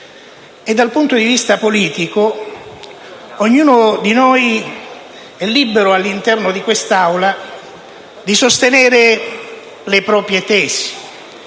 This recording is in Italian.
Dal punto di vista politico ognuno di noi è libero, all'interno di quest'Aula, di sostenere le proprie tesi,